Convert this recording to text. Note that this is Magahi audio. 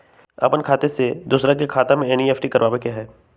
अपन खाते से दूसरा के खाता में एन.ई.एफ.टी करवावे के हई?